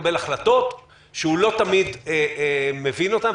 מרגיש שהוא מקבל החלטות שהוא לא תמיד מבין אותן,